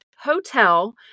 Hotel